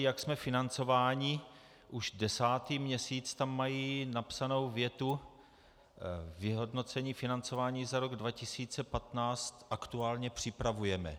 Jak jsme financováni už desátý měsíc tam mají napsanou větu: Vyhodnocení financování za rok 2015 aktuálně připravujeme.